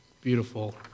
beautiful